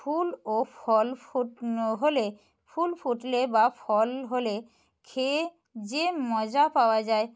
ফুল ও ফল ফুট হলে ফুল ফুটলে বা ফল হলে খেয়ে যে মজা পাওয়া যায়